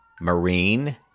Marine